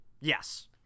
Yes